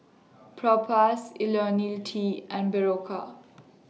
Propass Ionil T and Berocca